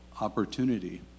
opportunity